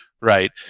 right